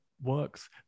Works